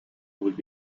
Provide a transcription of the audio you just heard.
would